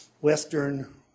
western